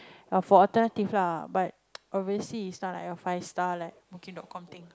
but for alternative lah but obviously is not like a five star leh booking dot com thing